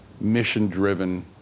mission-driven